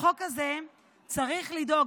החוק הזה צריך לדאוג,